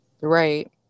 right